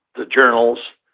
the journals,